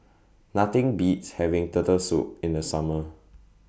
Nothing Beats having Turtle Soup in The Summer